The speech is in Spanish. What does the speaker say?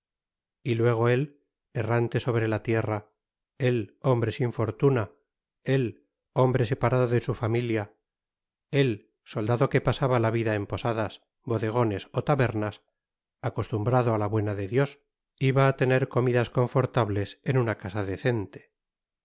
procurador luego él errante sobre la tierra él hombre sin fortuna él hombre separado de su familia él soldado que pagaba la vida en posadas bodegones ó tabernas acoslumbrado á la buena de diosiba tener comidas confortables en una casa decente